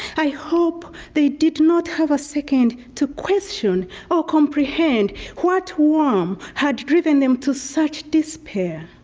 i hope they did not have a second to question or comprehend what worm had driven them to such despair.